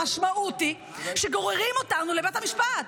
המשמעות היא שגוררים אותנו לבית המשפט,